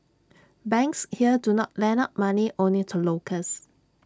banks here do not lend out money only to locals